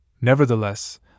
Nevertheless